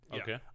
Okay